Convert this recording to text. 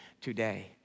today